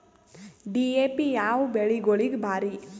DAP ಯಾವ ಬೆಳಿಗೊಳಿಗ ಭಾರಿ?